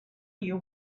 you